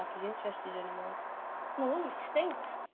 he's interested anymore. no wonder, it stinks.